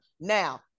now